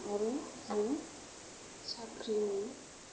आरो जों साख्रिनि